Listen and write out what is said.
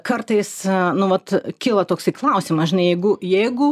kartais nu vat kilo toksai klausimas žinai jeigu jeigu